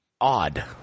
odd